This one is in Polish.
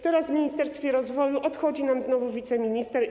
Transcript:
Teraz w Ministerstwie Rozwoju odchodzi nam znowu wiceminister.